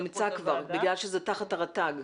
נמצא כבר בגלל שזה תחת הרט"ג,